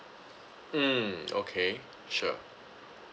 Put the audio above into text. mm okay sure